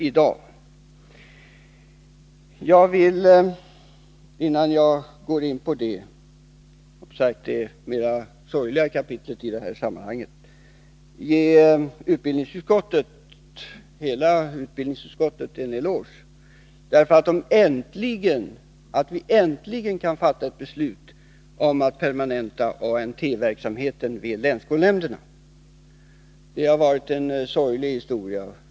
Men jag vill innan jag går in på detta mera sorgliga kapitel i de här sammanhangen ge hela utbildningsutskottet en eloge för att vi äntligen kan fatta ett beslut om att permanenta ANT-verksamheten vid länsskolnämnderna. Det har varit en sorglig historia.